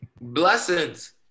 Blessings